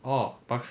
orh but